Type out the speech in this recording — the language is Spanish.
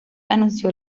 anunció